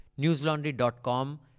newslaundry.com